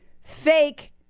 fake